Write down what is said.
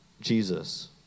Jesus